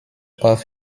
off